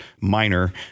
minor